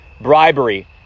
bribery